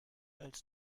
als